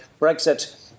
Brexit